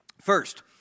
First